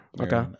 Okay